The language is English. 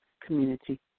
community